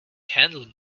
handling